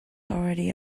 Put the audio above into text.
already